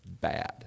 bad